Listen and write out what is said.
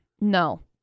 No